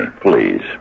please